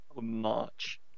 March